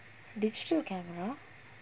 digital camera